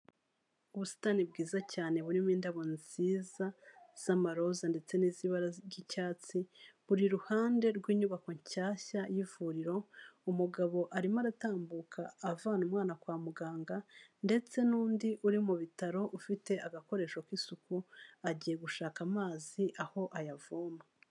Ubusitani bwiza cyane burimo indabo nziza z'amaroza ndetse n'iz'ibara ry'icyatsi, buri iruhande rw'inyubako nshyashya y'ivuriro, umugabo arimo aratambuka avana umwana kwa muganga ndetse n'undi uri mu bitaro, ufite agakoresho k'isuku agiye gushaka amazi aho ayavoma.